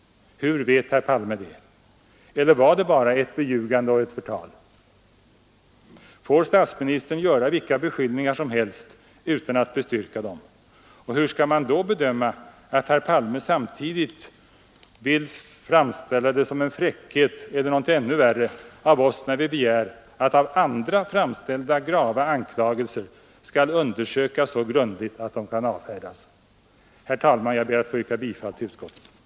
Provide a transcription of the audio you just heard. Hur vet herr Palme det? Eller var det bara ett beljugande och ett förtal? Får statsministern göra vilka beskyllningar som helst utan att bestyrka dem? Och hur skall man då bedöma att herr Palme samtidigt vill framställa det som en fräckhet eller någonting ännu värre, när vi begär att av andra framställda grava anklagelser skall undersökas så grundligt att de kan avfärdas? Herr talman! Jag ber att få yrka bifall till utskottets hemställan.